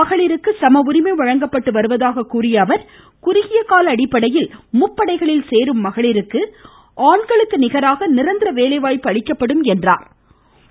மகளிருக்கு சம உரிமை வழங்கப்பட்டு வருவதாக கூறிய பிரதமர் குறுகிய கால அடிப்படையில் முப்படைகளில் சேரும் மகளிருக்கு ஆண்களுக்கு நிகராக நிரந்தர வேலைவாய்ப்பு அளிக்கப்படும் என்றார்